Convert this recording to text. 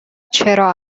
چرا